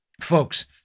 folks